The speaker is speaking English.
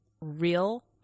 real